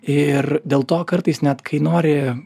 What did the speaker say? ir dėl to kartais net kai nori